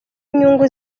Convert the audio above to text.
inyungu